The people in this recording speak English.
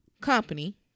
company